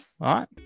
right